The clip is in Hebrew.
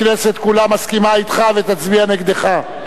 הכנסת כולה מסכימה אתך, ותצביע נגדך,